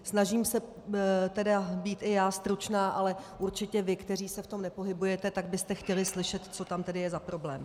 Snažím se tedy být i já stručná, ale určitě vy, kteří se v tom nepohybujete, byste chtěli slyšet, co tam tedy je za problém.